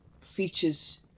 features